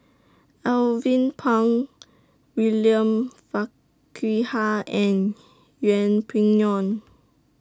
Alvin Pang William Farquhar and Yeng Pway Ngon